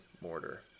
Mortar